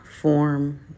form